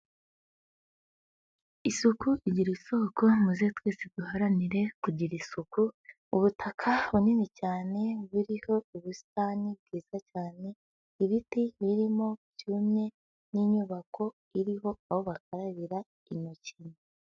Isuku igira isoko; muze twese duharanire kugira isuku, ubutaka bunini cyane buriho ubusitani bwiza cyane, ibiti birimo byumye n'inyubako iriho aho bakarabira intoki.